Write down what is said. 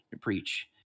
preach